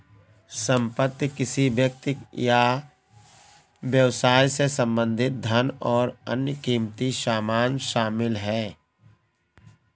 संपत्ति किसी व्यक्ति या व्यवसाय से संबंधित धन और अन्य क़ीमती सामान शामिल हैं